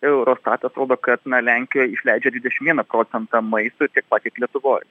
eurostatas rodo kad lenkijoj išleidžia dvidešim vieną procentą maistui tiek pat kiek lietuvoj